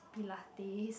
pilates